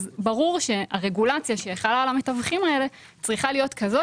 אז ברור שהרגולציה שחלה על המתווכים האלה צריכה להיות כזאת